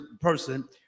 person